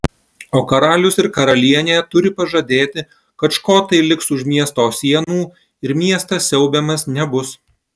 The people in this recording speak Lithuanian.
o karalius ir karalienė turi pažadėti kad škotai liks už miesto sienų ir miestas siaubiamas nebus